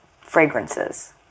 fragrances